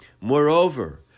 Moreover